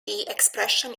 expression